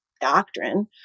doctrine